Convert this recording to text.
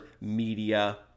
media